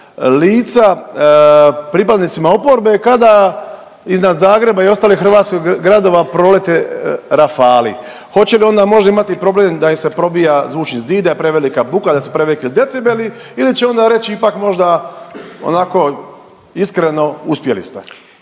lica pripadnicima oporbe kada i ostalih hrvatskih gradova prolete Rafalei? Hoće li možda imati problem da im se probija zvučni zid, da je prevelika buka, da su preveliki decibeli ili će onda reći ipak možda, onako, iskreno, uspjeli ste?